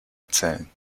erzählen